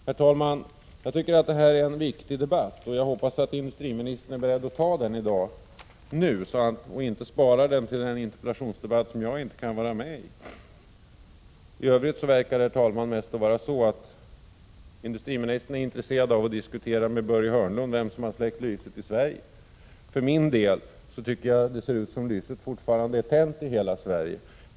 Herr talman! Jag tycker att det här är en viktig debatt, och jag hoppas att industriministern är beredd att föra den nu och inte sparar den till den interpellationsdebatt som jag inte kan delta i. För övrigt verkar det, herr talman, vara så att industriministern är mest intresserad av att diskutera med Börje Hörnlund vem som har släckt lyset i Sverige. För min del vill jag säga att det verkar som om lyset fortfarande är tänt i hela Sverige.